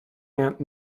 aunt